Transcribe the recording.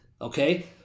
okay